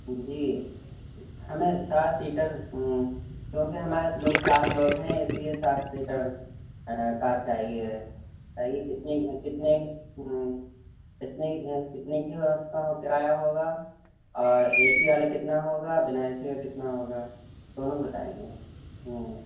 جی ہمیں سات سیٹر کیونکہ ہمارے لوگ سات لوگ ہیں اس لیے سات سیٹر کار چاہیے ہے بتایئے کتنے کتنے کی کتنے کی اس کا کرایہ ہوگا اور اے سی والا کتنا ہوگا بنا اے سی کا کتنا ہوگا دونوں کا بتائیے گا